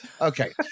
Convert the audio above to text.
Okay